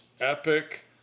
epic